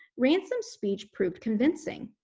ransom's speech proved convincing.